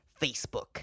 Facebook